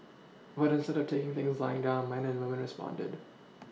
but instead of taking things lying down man and woman responded